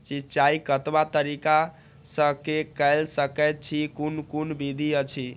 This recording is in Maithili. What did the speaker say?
सिंचाई कतवा तरीका स के कैल सकैत छी कून कून विधि अछि?